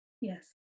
yes